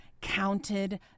counted